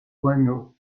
guano